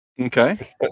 okay